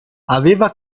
aveva